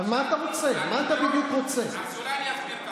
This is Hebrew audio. אהלה וסהלה.